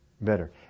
better